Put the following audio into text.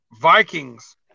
Vikings